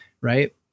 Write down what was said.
right